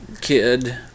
kid